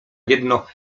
jedno